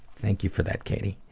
thank you for that, katie.